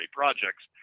projects